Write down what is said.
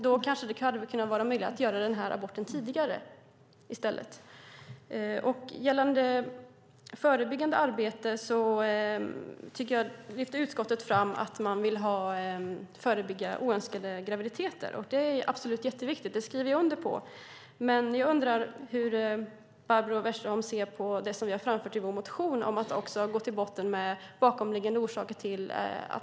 Då hade det kanske varit möjligt att göra aborten tidigare i stället. Gällande förebyggande arbete lyfter utskottet fram att man vill förebygga oönskade graviditeter. Det är absolut jätteviktigt, och jag skriver under på det. Men jag undrar hur Barbro Westerholm ser på det som vi har framfört i vår motion om att också gå till botten med bakomliggande orsaker.